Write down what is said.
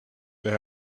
they